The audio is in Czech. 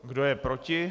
Kdo je proti?